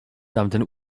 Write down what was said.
tamten